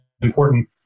important